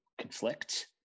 conflict